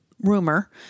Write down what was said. rumor